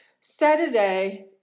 Saturday